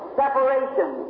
separation